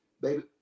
baby